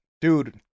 Dude